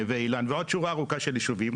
נווה אילן ועוד שורה ארוכה של ישובים,